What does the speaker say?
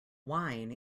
wine